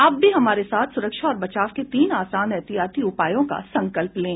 आप भी हमारे साथ सुरक्षा और बचाव के तीन आसान एहतियाती उपायों का संकल्प लें